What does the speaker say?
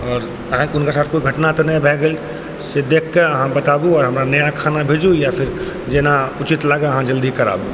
आओर अहाँके हुनका साथ कोइ घटना तऽ नहि भऽ गेल से देखिकऽ अहाँ बताबू आओर हमरा नया खाना भेजू या फेर जेना उचित लागै अहाँ जल्दी कराबू